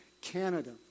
Canada